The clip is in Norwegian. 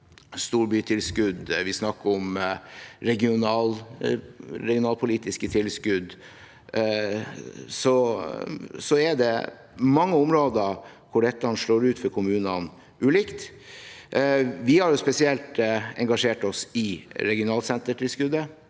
storbytilskudd eller regionalpolitiske tilskudd, er det mange områder hvor dette slår ulikt ut for kommunene. Vi har spesielt engasjert oss i regionsentertilskuddet